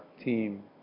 team